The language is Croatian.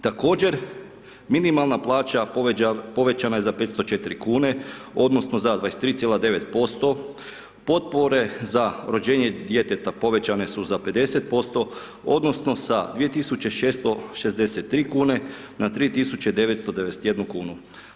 Također, minimalna plaća povećana je za 504 kune odnosno za 23,9%, potpore za rođenje djeteta povećane su za 50% odnosno sa 2663 kune na 3991 kunu.